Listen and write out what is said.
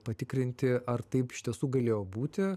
patikrinti ar taip iš tiesų galėjo būti